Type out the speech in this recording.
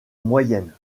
moyenne